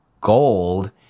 gold